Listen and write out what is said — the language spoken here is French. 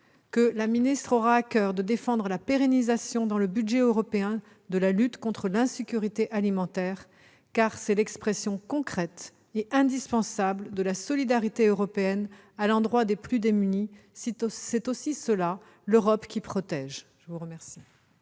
que le ministre aura à coeur de défendre la pérennisation dans le budget européen de la lutte contre l'insécurité alimentaire, car c'est l'expression concrète et indispensable de la solidarité européenne à l'endroit des plus démunis. C'est aussi cela, l'Europe qui protège ! La parole